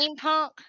steampunk